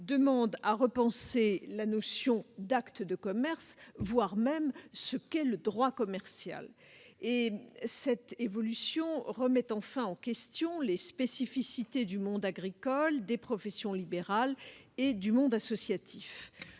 demande à repenser la notion d'acte de commerce, voire ce qu'est le droit commercial. Enfin, celle-ci remettrait en question les spécificités du monde agricole, des professions libérales et du monde associatif.